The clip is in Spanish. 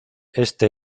este